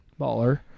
Baller